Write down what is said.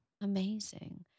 Amazing